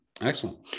Excellent